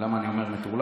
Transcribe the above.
ולמה אני אומר מטורלל?